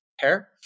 hair